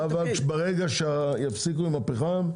ברגע שיפסיקו עם הפחם,